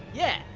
yeah,